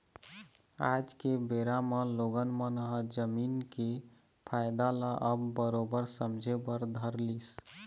आज के बेरा म लोगन मन ह जमीन के फायदा ल अब बरोबर समझे बर धर लिस